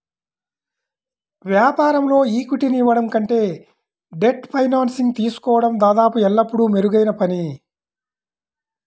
వ్యాపారంలో ఈక్విటీని ఇవ్వడం కంటే డెట్ ఫైనాన్సింగ్ తీసుకోవడం దాదాపు ఎల్లప్పుడూ మెరుగైన పని